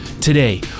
Today